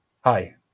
Hi